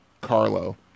carlo